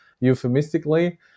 euphemistically